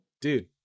dude